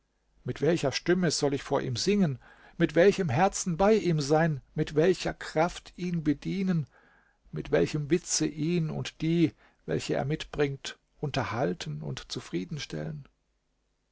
mit welcher stimme soll ich vor ihm singen mit welchem herzen bei ihm sein mit welcher kraft ihn bedienen mit welchem witze ihn und die welche er mitbringt unterhalten und zufriedenstellen